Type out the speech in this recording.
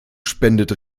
spendet